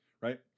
right